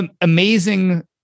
amazing